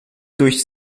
durch